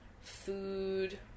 food